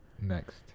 next